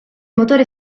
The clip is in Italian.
motore